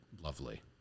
lovely